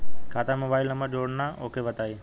खाता में mobile number जोड़ना ओके बताई?